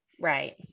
right